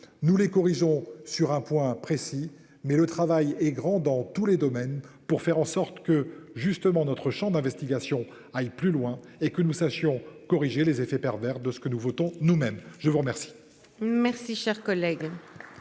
nous les corrigeons. Sur un point précis, mais le travail est grand dans tous les domaines, pour faire en sorte que justement notre Champ d'investigation aille plus loin et que nous sachions corriger les effets pervers de ce que nous votons même je vous remercie.